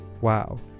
Wow